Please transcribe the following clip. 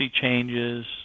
changes